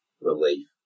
relief